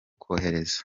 kohereza